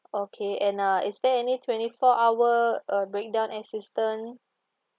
okay and uh is there any twenty four hour uh breakdown assistant